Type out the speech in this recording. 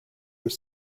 were